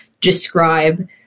describe